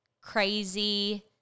crazy